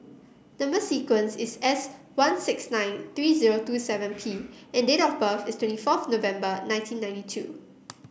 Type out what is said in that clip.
number sequence is S one six nine three zero two seven P and date of birth is twenty fourth November nineteen niety two